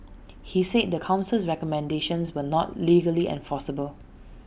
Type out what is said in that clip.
he said the Council's recommendations were not legally enforceable